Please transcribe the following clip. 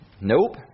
Nope